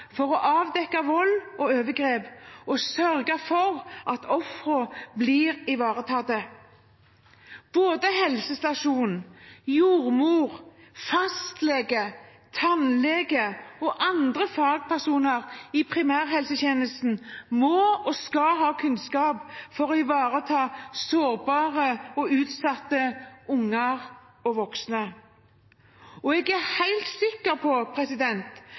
for å avdekke vold og overgrep og sørge for at ofrene blir ivaretatt. Både helsestasjonen, jordmor, fastlege, tannlege og andre fagpersoner i primærhelsetjenesten må og skal ha kunnskap for å ivareta sårbare og utsatte unger og voksne. Jeg er helt sikker på